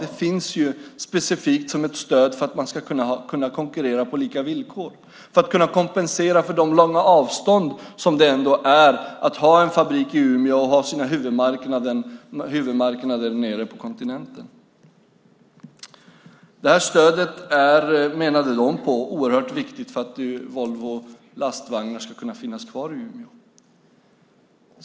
Det finns specifikt som ett stöd för att man ska kunna konkurrera på lika villkor, för att kompensera för de långa avstånd som det ändå innebär att ha en fabrik i Umeå och sina huvudmarknader nere på kontinenten. Det här stödet är, menade de, oerhört viktigt för att Volvo Lastvagnar ska kunna finnas kvar i Umeå.